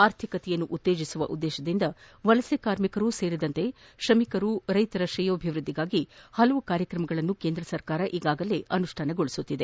ಆರ್ಥಿಕತೆಯನ್ನು ಉತ್ತೇಜಿಸುವ ಉದ್ದೇಶದಿಂದ ವಲಸೆ ಕಾರ್ಮಿಕರನ್ನೊಳಗೊಂಡಂತೆ ತ್ರಮಿಕರು ರೈತರ ತ್ರೇಯೋಭಿವೃದ್ದಿಗಾಗಿ ಹಲವು ಕಾರ್ಯಕ್ರಮಗಳನ್ನು ಈಗಾಗಲೇ ಕೇಂದ್ರ ಸರ್ಕಾರ ಅನುಷ್ಠಾನಗೊಳಿಸುತ್ತಿದೆ